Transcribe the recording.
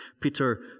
Peter